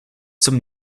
zum